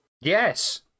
Yes